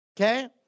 Okay